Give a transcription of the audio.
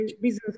business